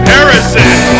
Harrison